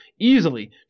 easily